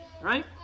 Right